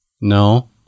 No